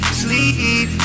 sleep